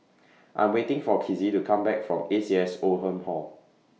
I'm waiting For Kizzy to Come Back from A C S Oldham Hall